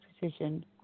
position